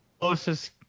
closest